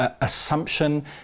assumption